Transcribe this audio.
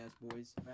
boys